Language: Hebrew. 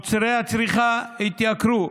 מוצרי הצריכה התייקרו,